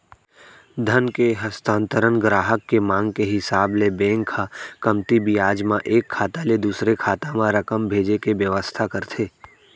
धन के हस्तांतरन गराहक के मांग के हिसाब ले बेंक ह कमती बियाज म एक खाता ले दूसर खाता म रकम भेजे के बेवस्था करथे